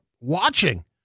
watching